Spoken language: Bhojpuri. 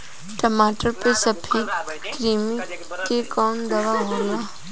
टमाटर पे सफेद क्रीमी के कवन दवा होला?